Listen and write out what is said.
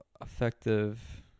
effective